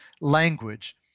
language